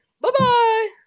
Bye-bye